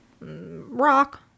rock